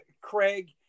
Craig